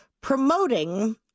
promoting